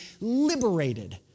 liberated